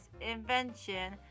invention